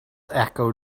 echoed